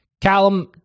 Callum